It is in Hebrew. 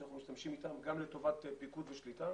אתם אנחנו משתמשים גם לטובת פיקוד ושליטה